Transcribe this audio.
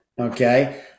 okay